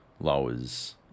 lowers